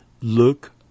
look